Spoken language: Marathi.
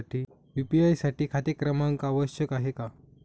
यू.पी.आय साठी खाते क्रमांक आवश्यक आहे का?